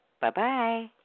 bye-bye